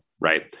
right